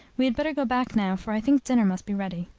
we had better go back now, for i think dinner must be ready.